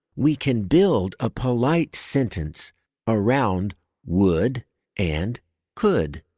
we can build a polite sentence around would and could,